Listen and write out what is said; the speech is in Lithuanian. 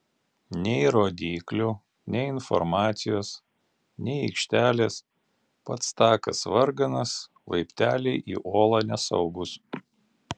nei rodyklių nei informacijos nei aikštelės pats takas varganas laipteliai į olą nesaugūs